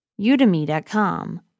Udemy.com